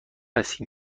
هستیم